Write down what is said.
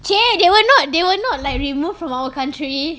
!chey! they were not they were not like removed from our country